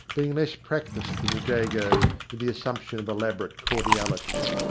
being less practised than the jagos in the assumption of elaborate cordiality.